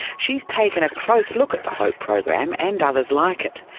she's taken a close look at the hope program and others like it.